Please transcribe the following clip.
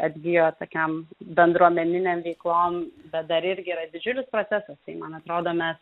atgijo tokiam bendruomeninėm veiklom bet dar irgi yra didžiulis procesas tai man atrodo mes